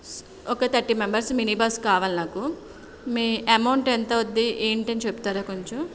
ఒక thirty members mini bus కావాలి నాకు మీ అమౌంట్ ఎంతవుద్ది ఏంటని చెప్తారా కొంచెం